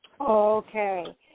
Okay